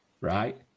right